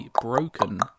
broken